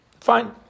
Fine